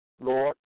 Lord